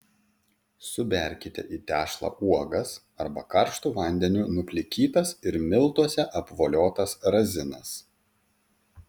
suberkite į tešlą uogas arba karštu vandeniu nuplikytas ir miltuose apvoliotas razinas